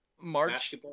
March